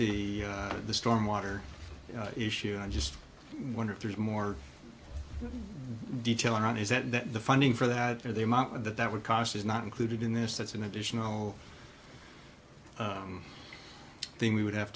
the the stormwater issue i just wonder if there's more detail around is that that the funding for that or the amount of that that would cost is not included in this that's an additional thing we would have